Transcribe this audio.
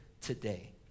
today